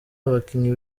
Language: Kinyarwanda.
abakinnyi